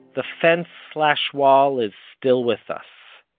the fence slash wall is still with us.